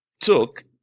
took